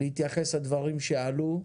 להתייחס לדברים שעלו,